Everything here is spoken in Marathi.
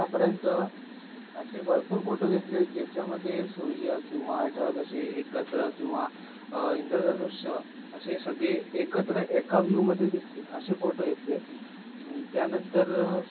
आतापर्यंत अशे भरपूर फोटो घेतलेत ज्याच्यामध्ये सूर्य किंवा ढग असे एकत्र किंवा इंद्रधनुष्य असे सगळे एकत्र एका व्यू मध्ये दिसतील असे फोटो घेतलेत त्यानंतर